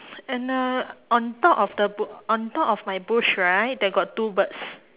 and the on top of the b~ on top of my bush right there got two birds